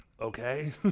okay